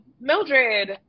Mildred